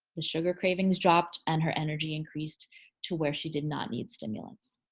the sugar cravings dropped and her energy increased to where she did not need stimulants.